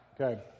Okay